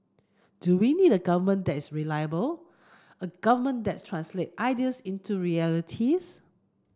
do we need a government that is reliable a government that translates ideas into realities